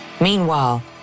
Meanwhile